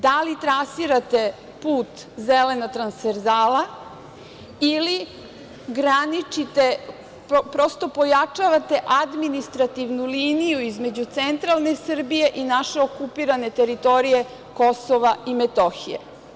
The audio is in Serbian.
Da li trasirate put Zelena transverzala ili graničite, prosto pojačavate administrativnu liniju između centralne Srbije i naše okupirane teritorije Kosova i Metohije?